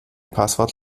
passwort